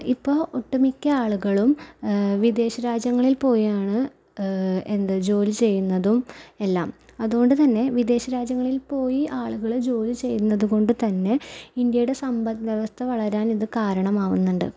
ഇപ്പോൾ ഒട്ടുമിക്ക ആളുകളും വിദേശ രാജ്യങ്ങളിൽ പോയാണ് എന്ത് ജോലി ചെയ്യുന്നതും എല്ലാം അതുകൊണ്ട്തന്നെ വിദേശ രാജ്യങ്ങളിൽ പോയി ആളുകള് ജോലി ചെയ്യുന്നത് കൊണ്ട്തന്നെ ഇന്ത്യയുടെ സമ്പത്ത് വ്യവസ്ഥ വളരാൻ ഇത് കാരണമാകുന്നുണ്ട്